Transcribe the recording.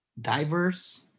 diverse